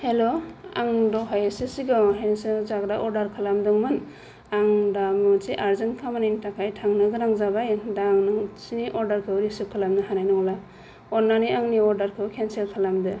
हेल' दहाय एसे सिगंसो जाग्रा अरदार खालामदोंमोन आंदा मोनसे आरजेन खामानिनि थाखाय थांनो गोनां जाबाय दा आङो ननेंसिनि अरदारखौ रिसिप खालामनो हानाय नंला अननानै आंनि अरदारखौ केनसेल खालामदो